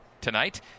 tonight